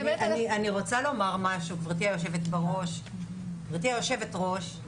גברתי היושבת-ראש,